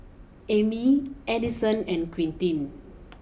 Emmy Edison and Quintin